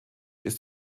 ist